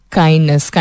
kindness